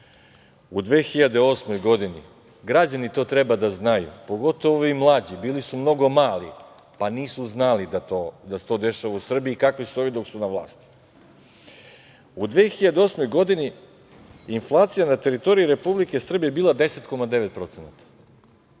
2008. godini, građani to treba da znaju, pogotovo ovi mlađi, bili su mnogo mali, pa nisu znali da se to dešava u Srbiji i kakvi su ovi dok su na vlasti.U 2008. godini inflacija na teritoriji Republike Srbije bila je 10,9%